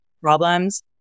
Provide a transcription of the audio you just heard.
problems